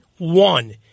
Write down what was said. One